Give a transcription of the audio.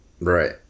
Right